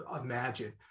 imagine